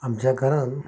आनी ज्या कारणान